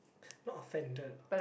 not offended lah